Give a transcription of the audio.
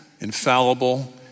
infallible